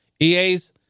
EA's